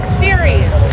series